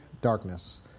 darkness